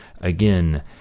Again